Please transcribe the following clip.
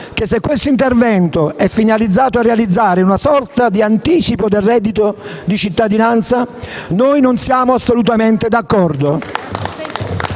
che, se questo intervento è finalizzato a realizzare una sorta di anticipo del reddito di cittadinanza, noi non siamo assolutamente d'accordo.